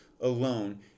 alone